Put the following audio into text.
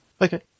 Okay